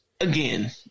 again